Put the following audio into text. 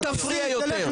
אל תפריע יותר.